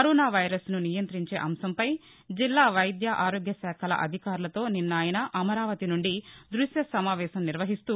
corona వైరస్ను నియంతించే అంశం పై జిల్లాల వైద్య ఆరోగ్యశాఖల అధికారులతో నిన్న ఆయన అమరావతి నుండి ద్భశ్య సమావేశం నిర్వహిస్తూ